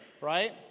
right